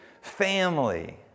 family